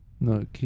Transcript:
No